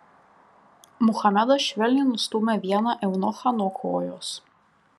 muhamedas švelniai nustūmė vieną eunuchą nuo kojos